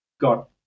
got